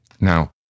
Now